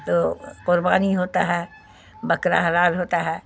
تو قربانی ہوتا ہے بکرا حلال ہوتا ہے